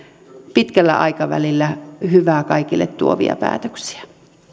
pitkällä aikavälillä hyvää kaikille tuovia päätöksiä